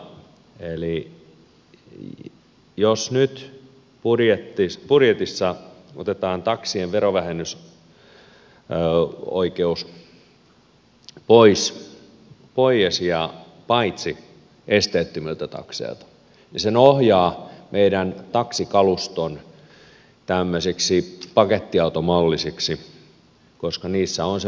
eli jos nyt budjetissa otetaan taksien verovähennysoikeus pois paitsi esteettömiltä takseilta niin se ohjaa meidän taksikaluston tämmöiseksi pakettiautomalliseksi koska niissä on se vähennysoikeus olemassa